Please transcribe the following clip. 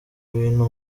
ibintu